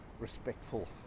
respectful